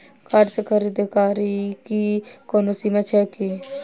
Card सँ खरीददारीक कोनो सीमा छैक की?